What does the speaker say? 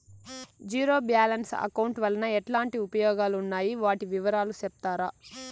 Zero balance account వలన ఎట్లాంటి ఉపయోగాలు ఉన్నాయి? వాటి వివరాలు సెప్తారా?